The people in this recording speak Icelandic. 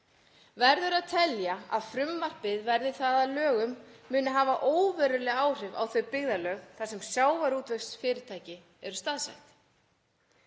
verður að telja að frumvarpið verði það að lögum muni hafa óveruleg áhrif á þau byggðarlög þar sem sjávarútvegsfyrirtæki eru staðsett.“